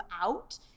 out